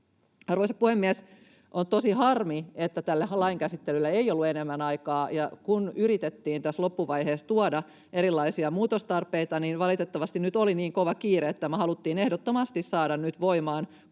Arvoisa puhemies! On tosi harmillista, että tälle lain käsittelylle ei ollut enemmän aikaa, ja kun yritettiin taas loppuvaiheessa tuoda erilaisia muutostarpeita, niin valitettavasti nyt oli niin kova kiire, että tämä haluttiin ehdottomasti saada nyt voimaan